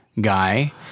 guy